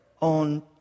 on